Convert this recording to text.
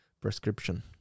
prescription